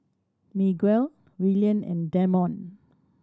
Miguel Willian and Damond